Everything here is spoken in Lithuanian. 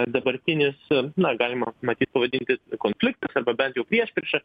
dabartinis na galima matyt pavadinti konfliktas arba bent jau priešprieša